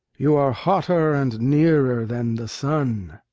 you are hotter and nearer than the sun!